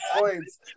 points